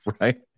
Right